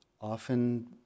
often